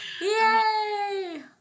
Yay